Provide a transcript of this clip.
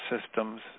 systems